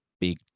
big